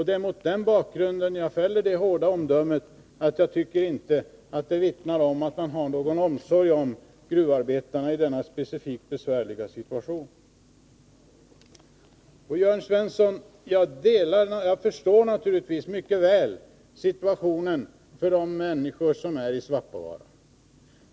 Det är mot den bakgrunden jag fäller det hårda omdömet att det vittnar om att man inte har någon omsorg om gruvarbetarna i denna specifikt besvärliga situation. Jörn Svensson! Jag förstår naturligtvis mycket väl situationen för de människor som bor i Svappavaara.